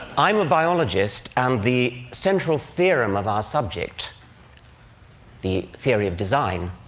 i'm a biologist, and the central theorem of our subject the theory of design,